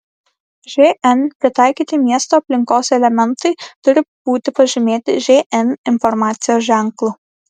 žn pritaikyti miesto aplinkos elementai turi būti pažymėti žn informacijos ženklu